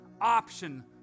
option